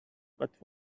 but